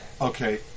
okay